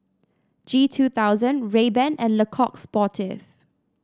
G two thousand Rayban and Le Coq Sportif